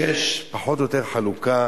כי יש פחות או יותר חלוקה.